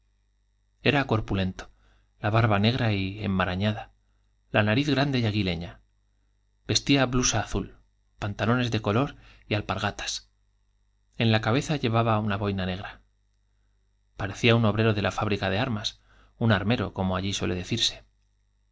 era corpulento la barba negra y enmarañada la nariz grande y aguileña vestía blusa azul pantalones de color y alpargatas en la cabeza llevaba boin negra parecía un obrero de la fábrica de armas un armero como allí suele decirse